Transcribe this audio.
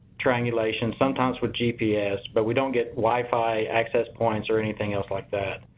triangulation, sometimes with gps, but we don't get wifi access points or anything else like that.